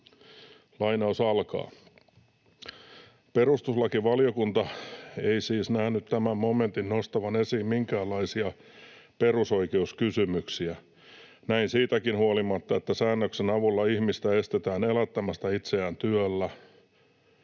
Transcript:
”Perustuslakivaliokunta ei siis nähnyt tämän momentin nostavan esiin minkäänlaisia perusoikeuskysymyksiä. Näin siitäkin huolimatta, että säännöksen avulla ihmistä estetään elättämästä itseään työllä